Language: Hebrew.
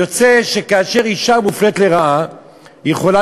יוצא שכאשר אישה מופלית לרעה היא יכולה